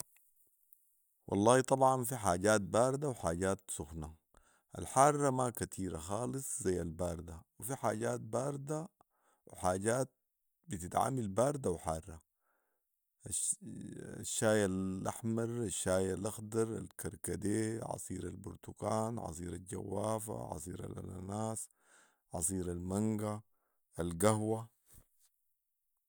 والله طبعا في حاجات بارده وحاجات سخنه ، الحاره ما كتيره خالص ذي البارده وفي حاجات بارده وحاجات بتتعمل بارده وحاره الشاي الاحمر، الشاي الاخضر، الكركدي، عصيرالبرتكان، عصيرالجوافه، عصيرالانناس، عصيرالمنقه ،القهوه